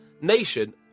nation